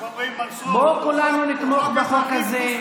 בואו כולם נתמוך בחוק הזה,